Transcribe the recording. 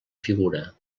figura